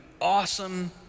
awesome